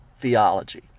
theology